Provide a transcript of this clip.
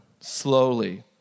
slowly